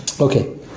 Okay